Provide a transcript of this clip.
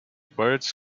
birds